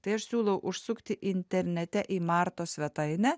tai aš siūlau užsukti internete į martos svetainę